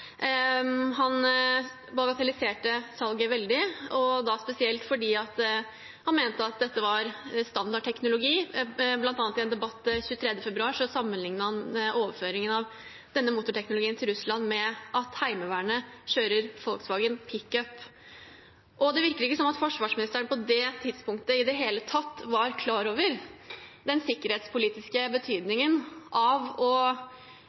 Han bagatelliserte salget veldig, spesielt fordi han mente at dette var standardteknologi. Blant annet i en debatt 23. februar sammenlignet han overføringen av denne motorteknologien til Russland med at Heimevernet kjører Volkswagen pickup. Det virker ikke som forsvarsministeren på det tidspunktet i det hele tatt var klar over den sikkerhetspolitiske betydningen av å tillate et russisk oppkjøp av en motorfabrikk i Norge, noe som ville bidra betydelig til å